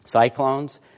cyclones